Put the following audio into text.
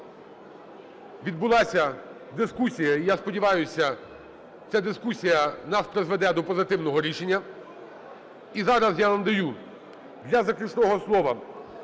відбулася дискусія, і, я сподіваюсь, ця дискусія нас призведе до позитивного рішення. І зараз я вам даю для заключного слова